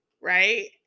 right